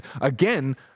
again